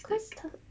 cause 他